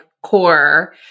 core